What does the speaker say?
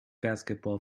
basketball